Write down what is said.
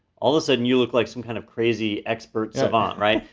all of a sudden, you look like some kind of crazy expert savant, right?